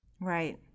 Right